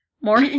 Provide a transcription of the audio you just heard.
more